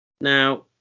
Now